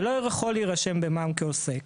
שלא יכול להירשם במע"מ כעוסק,